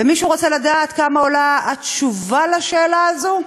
ומישהו רוצה לדעת כמה עולה התשובה על השאלה הזו?